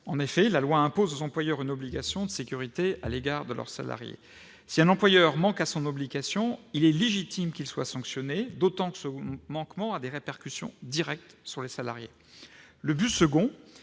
En effet, la loi impose aux employeurs une obligation de sécurité à l'égard de leurs salariés et, si un employeur manque à son obligation, il est légitime qu'il soit sanctionné, d'autant que ce manquement a des répercussions directes sur les salariés. Le second